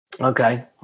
Okay